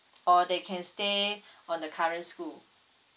or they can stay for the current school